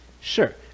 Sure